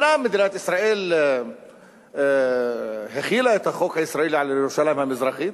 אומנם מדינת ישראל החילה את החוק הישראלי על ירושלים המזרחית,